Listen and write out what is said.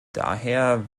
daher